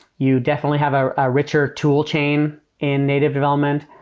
you definitely have a ah richer tool chain in native development.